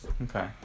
Okay